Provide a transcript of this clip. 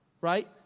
right